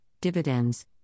dividends